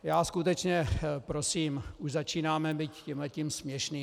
Já skutečně prosím už začínáme být tímhletím směšný.